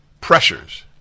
pressures